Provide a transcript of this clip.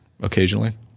occasionally